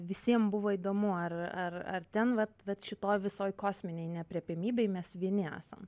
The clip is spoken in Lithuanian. visiem buvo įdomu ar ar ar ten vat vat šitoj visoj kosminėj neaprėpiamybėj mes vieni esam